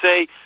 say